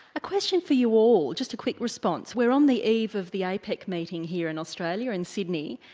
a question for you all, just a quick response, we're on the eve of the apec meeting here in australia, in sydney.